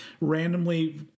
randomly